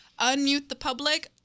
UnmuteThePublic